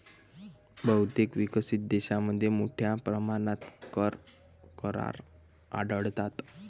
बहुतेक विकसित देशांमध्ये मोठ्या प्रमाणात कर करार आढळतात